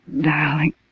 Darling